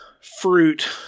fruit